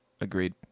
Agreed